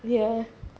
ya